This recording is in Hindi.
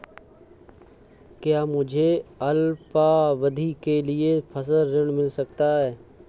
क्या मुझे अल्पावधि के लिए फसल ऋण मिल सकता है?